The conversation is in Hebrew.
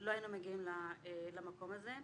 לא היינו מגיעים למקום הזה.